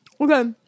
Okay